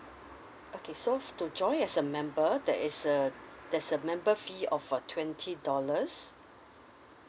okay so to join as a member there is uh there's a member fee of uh twenty dollars